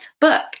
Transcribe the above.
book